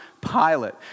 Pilate